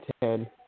ten